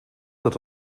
dat